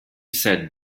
said